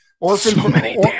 Orphan